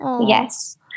Yes